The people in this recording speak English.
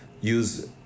use